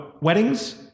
weddings